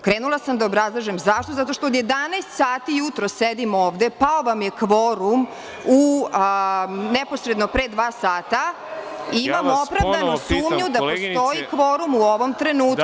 Krenula sam da obrazlažem zašto, zato što od 11 sati jutros sedimo ovde, pao vam je kvorum neposredno pre dva sata, i imam opravdanu sumnju da postoji kvorum u ovom trenutku.